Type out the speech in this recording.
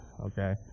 okay